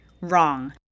Wrong